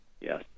Yes